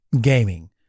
gaming